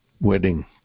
wedding